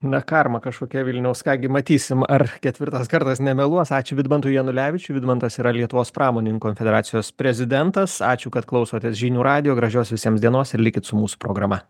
na karma kažkokia vilniaus ką gi matysim ar ketvirtas kartas nemeluos ačiū vidmantui janulevičiui vidmantas yra lietuvos pramoninkų federacijos prezidentas ačiū kad klausotės žinių radijo gražios visiems dienos ir likit su mūsų programa